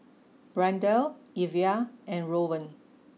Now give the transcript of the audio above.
Brianda Evia and Rowan